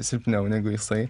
silpniau negu jisai